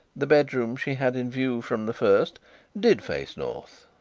the bedroom she had in view from the first did face north.